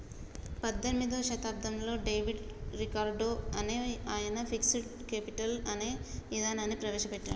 పద్దెనిమిదో శతాబ్దంలో David Ricardo అనే ఆయన ఫిక్స్డ్ కేపిటల్ అనే ఇదానాన్ని ప్రవేశ పెట్టాడు